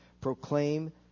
Proclaim